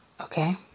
Okay